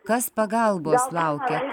kas pagalbos laukia